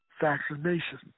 vaccination